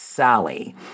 Sally